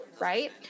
right